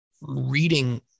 reading